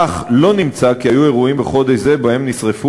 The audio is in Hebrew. אך לא נמצא כי היו בחודש זה אירועים שבהם נשרפו